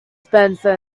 spencer